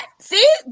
see